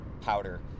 powder